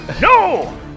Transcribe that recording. no